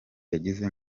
yagize